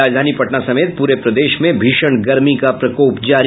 और राजधानी पटना समेत पूरे प्रदेश में भीषण गर्मी का प्रकोप जारी